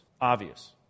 obvious